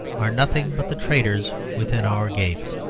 are nothing but the traitors within our gates.